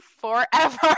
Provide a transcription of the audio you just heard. forever